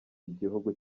gihugu